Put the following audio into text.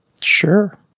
Sure